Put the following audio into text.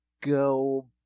go